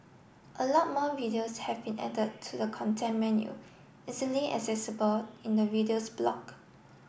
a lot more videos have been added to the content menu easily accessible in the videos block